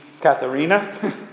Katharina